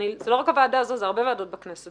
זאת לא רק הוועדה הזאת אלא הרבה ועדות בכנסת.